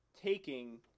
taking